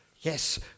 Yes